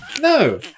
No